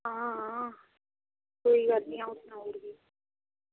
आं ठीक ऐ अं'ऊ